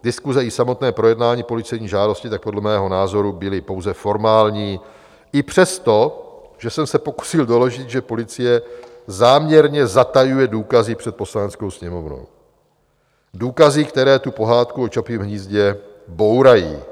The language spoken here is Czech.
Diskuse i samotné projednání policejní žádosti tak podle mého názoru byly pouze formální i přesto, že jsem se pokusil doložit, že policie záměrně zatajuje důkazy před Poslaneckou sněmovnou důkazy, které tu pohádku o Čapím hnízdě bourají.